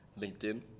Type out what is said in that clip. LinkedIn